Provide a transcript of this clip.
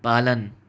पालन